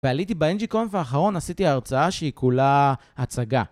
ועליתי באנג'י קונפ האחרון, עשיתי הרצאה שהיא כולה הצגה.